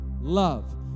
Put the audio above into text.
love